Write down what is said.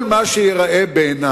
כל מה שייראה בעיני